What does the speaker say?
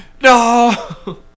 No